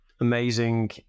Amazing